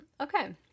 Okay